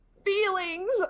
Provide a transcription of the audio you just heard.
Feelings